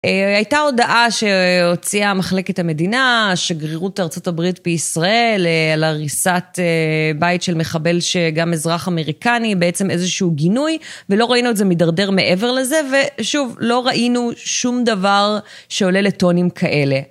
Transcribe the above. הייתה הודעה שהוציאה מחלקת המדינה, שגרירות ארצות הברית בישראל, על הריסת בית של מחבל שגם אזרח אמריקני, בעצם איזשהו גינוי, ולא ראינו את זה מדרדר מעבר לזה, ושוב, לא ראינו שום דבר שעולה לטונים כאלה.